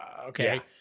okay